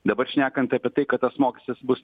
dabar šnekant apie tai kad tas mokestis bus